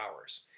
hours